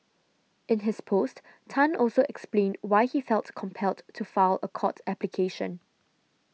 in his post Tan also explained why he felt compelled to file a court application